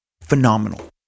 phenomenal